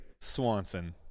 Swanson